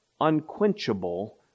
unquenchable